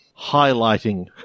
Highlighting